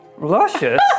Luscious